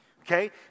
Okay